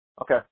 Okay